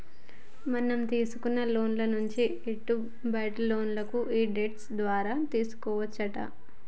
మనం తీసుకున్న లోన్ల నుంచి ఎట్టి బయటపడాల్నో ఈ డెట్ షో ద్వారా తెలుసుకోవచ్చునట